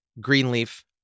Greenleaf